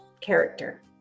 character